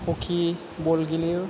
hockey बल गेलेयो